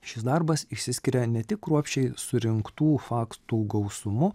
šis darbas išsiskiria ne tik kruopščiai surinktų faktų gausumu